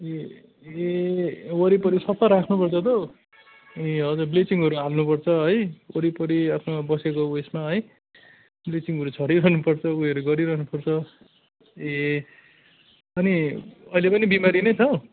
ए ए वरिपरि सफा राख्नुपर्छ त हौ ए हजुर ब्लिचिङहरू हाल्नुपर्छ है वरिपरि आफ्नो बसेको उएसमा है ब्लिचिङहरू छरिरहनुपर्छ उयोहरू गरिरहनुपर्छ ए अनि अहिले पनि बिमारी नै छौ